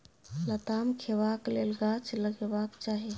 लताम खेबाक लेल गाछ लगेबाक चाही